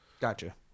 Gotcha